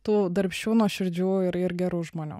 tų darbščių nuoširdžių ir ir gerų žmonių